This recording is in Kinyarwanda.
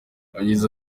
yagize